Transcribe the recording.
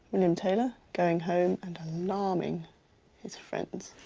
william taylor going home and alarming his friends.